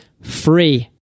free